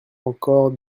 encore